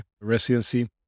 residency